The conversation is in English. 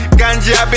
ganja